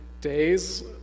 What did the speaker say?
days